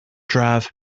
drive